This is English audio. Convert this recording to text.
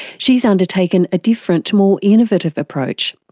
she's undertaken a different, more innovative approach,